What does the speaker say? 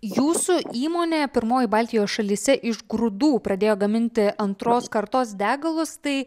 jūsų įmonė pirmoji baltijos šalyse iš grūdų pradėjo gaminti antros kartos degalus tai